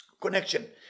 Connection